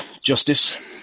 justice